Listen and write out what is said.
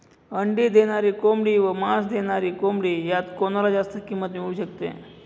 अंडी देणारी कोंबडी व मांस देणारी कोंबडी यात कोणाला जास्त किंमत मिळू शकते?